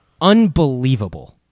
unbelievable